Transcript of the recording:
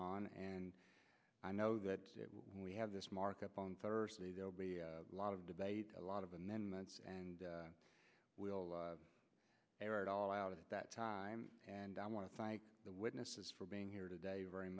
on and i know that we have this markup on thursday there'll be a lot of debate a lot of and then months and we'll air it all out at that time and i want to thank the witnesses for being here today very